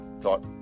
thought